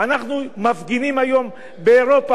אנחנו מפגינים היום באירופה,